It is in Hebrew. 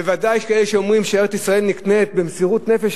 ודאי יש כאלה שאומרים שארץ-ישראל נקנית במסירות נפש,